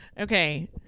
Okay